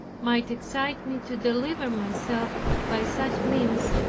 might excite me to deliver myself by such means,